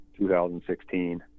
2016